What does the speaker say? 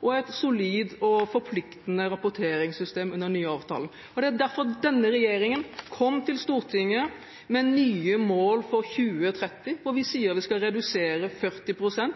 og et solid og forpliktende rapporteringssystem under den nye avtalen. Det er derfor denne regjeringen kom til Stortinget med nye mål for 2030, hvor vi sier at vi skal redusere med 40 pst.